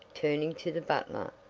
turning to the butler.